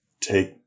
take